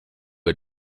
had